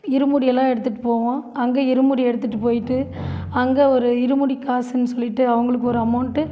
இருமுடியெல்லாம் எடுத்துகிட்டு போவோம் அங்கே இருமுடி எடுத்துகிட்டு போய்விட்டு அங்கே ஒரு இருமுடி காசுன்னு சொல்லிவிட்டு அவங்களுக்கு ஒரு அமௌன்ட்டு